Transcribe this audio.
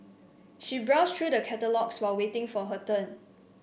she browsed through the catalogues while waiting for her turn